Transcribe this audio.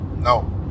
No